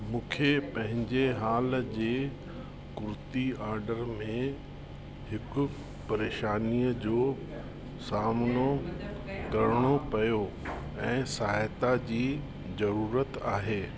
मूंखे पंहिंजे हाल जी कुर्ती ऑडर में हिकु परेशानीअ जो सामनो करणो पियो ऐं सहायता जी ज़रूरत आहे